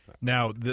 Now